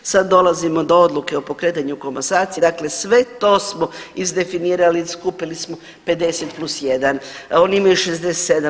Sad dolazimo do odluke o pokretanju komasacije, dakle sve to smo izdefinirali, skupili smo 50 plus 1. Oni imaju 67.